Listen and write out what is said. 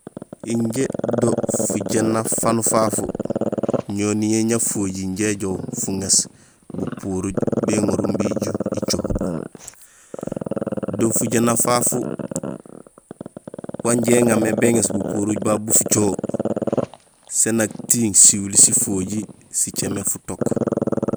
Injé do fujééna fanu fafu ñoniyee ñafojiir injé joow fuŋéés bupuruj béŋorul imbi icoho. Do fujééna fafu wanja iŋa mé béŋéés bupuruj babu bu fucoho sén nak tiiŋ siwuli sifojiir sicémé futook.